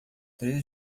três